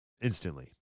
Instantly